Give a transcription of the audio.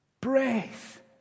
breath